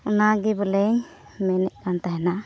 ᱚᱱᱟᱜᱮ ᱵᱚᱞᱮᱧ ᱢᱮᱱᱮᱫ ᱠᱟᱱ ᱛᱟᱦᱮᱱᱟ